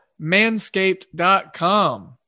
manscaped.com